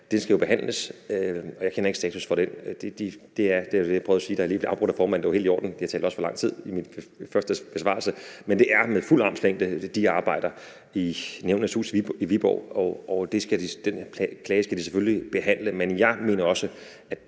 den skal jo behandles, og jeg kender ikke status for den. Det er, som jeg prøvede at sige, da jeg blev afbrudt af formanden, og det er jo helt i orden, for jeg talte også for lang tid i min første besvarelse, med fuld armslængde at de arbejder i Nævnenes Hus i Viborg, og den klage skal de selvfølgelig behandle. Men jeg mener også, at